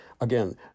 again